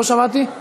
אני